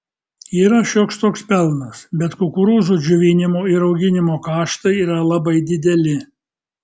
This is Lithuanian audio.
yra šioks toks pelnas bet kukurūzų džiovinimo ir auginimo kaštai yra labai dideli